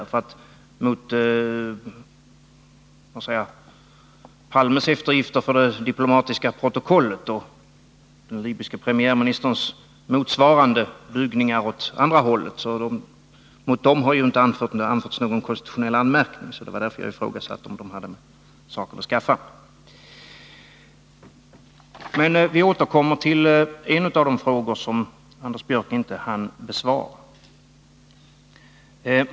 Mot Olof Palmes eftergifter för det diplomatiska protokollet och den libyske premiärministerns motsvarande bugningar åt andra hållet har det ju inte anförts någon konstitutionell anmärkning — det var därför jag ifrågasatte om de hade med saken att skaffa. Men vi återkommer till en av de frågor som Anders Björck inte hann besvara.